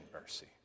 mercy